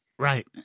Right